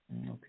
Okay